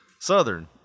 Southern